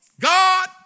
God